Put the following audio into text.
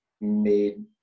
made